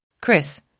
Chris